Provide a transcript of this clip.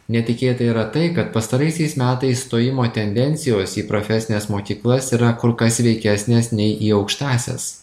netikėta yra tai kad pastaraisiais metais stojimo tendencijos į profesines mokyklas yra kur kas sveikesnės nei į aukštąsias